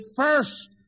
first